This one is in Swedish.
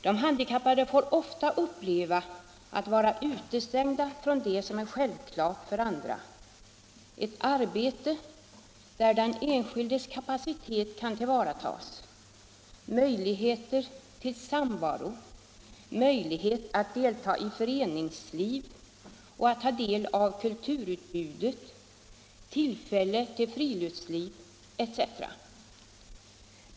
De handikappade får ofta uppleva att vara utestängda från det som är självklart för andra: ett arbete där den enskildes kapacitet kan tillvaratas, möjligheter till samvaro, möjlighet att delta i föreningsliv och att ta del av kulturutbudet, tillfälle till friluftsliv etc.